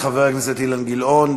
חבר הכנסת אילן גילאון,